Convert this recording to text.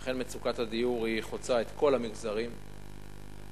אכן, מצוקת הדיור חוצה את כל המגזרים בחברה,